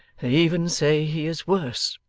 they even say he is worse